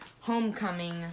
Homecoming